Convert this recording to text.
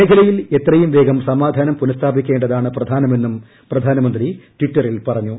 മേഖലയിൽ എത്രയും വേഗം സമാധാനം പുനഃസ്ഥാപിക്കേണ്ടതാണ് പ്രധാനമെന്നും പ്രധാനമന്ത്രി ടിററ്റിൽ പറഞ്ഞു